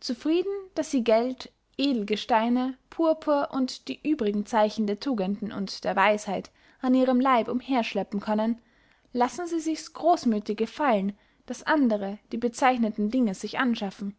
zufrieden daß sie geld edelgesteine purpur und die übrigen zeichen der tugenden und der weisheit an ihrem leib umherschleppen können lassen sie sichs großmüthig gefallen daß andere die bezeichneten dinge sich anschaffen